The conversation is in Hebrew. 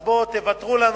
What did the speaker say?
אז בואו תוותרו לנו.